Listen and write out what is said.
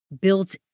built